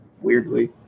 weirdly